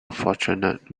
fortunate